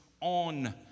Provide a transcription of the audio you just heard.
on